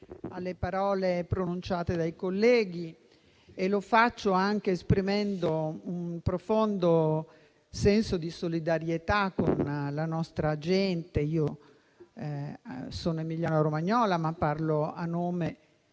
alle parole pronunciate dai colleghi e lo faccio esprimendo un profondo senso di solidarietà con la nostra gente. Sono emiliano-romagnola e parlo a nome